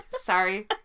Sorry